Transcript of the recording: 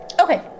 Okay